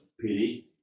pity